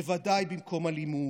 בוודאי במקום אלימות,